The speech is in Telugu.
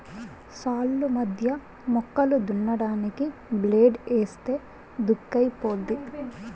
సాల్లు మధ్య మొక్కలు దున్నడానికి బ్లేడ్ ఏస్తే దుక్కైపోద్ది